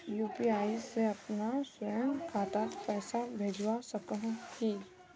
UPI से अपना स्वयं खातात पैसा भेजवा सकोहो ही?